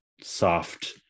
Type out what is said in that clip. soft